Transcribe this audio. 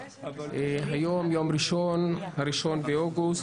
היום יום ראשון, ה-1 באוגוסט.